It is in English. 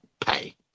pay